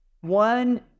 one